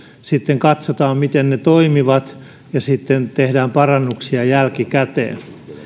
sitten katsotaan miten ne toimivat ja sitten tehdään parannuksia jälkikäteen